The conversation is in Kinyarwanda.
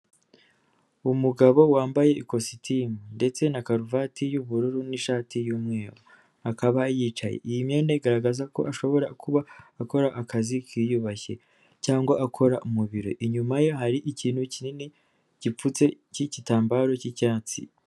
Umugabo wambaye ikositimu ndetse na karuvati y'ubururu n'ishati y'umweru, akaba yicaye. Iyi myenda igaragaza ko ashobora kuba akora akazi kiyubashye cyangwa akora mu biro, inyuma ye hari ikintu kinini gipfutse cy'igitambaro cy'icyatsi.